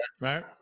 right